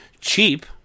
cheap